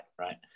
Right